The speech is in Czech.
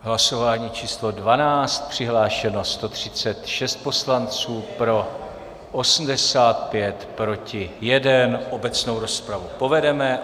Hlasování číslo 12, přihlášeno 136 poslanců, pro 85, proti 1, obecnou rozpravu povedeme.